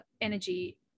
energy